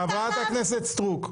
חברת הכנסת סטרוק,